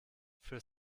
für